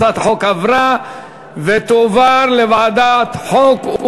הצעת החוק עברה ותועבר לוועדת חוקה,